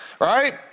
right